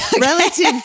Relative